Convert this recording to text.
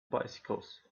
bicycles